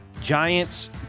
Giants